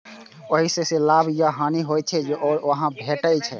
ओइ सं जे लाभ या हानि होइ छै, ओ अहां कें भेटैए